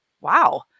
wow